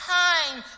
time